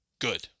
good